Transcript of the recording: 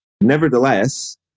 Nevertheless